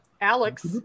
Alex